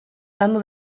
landu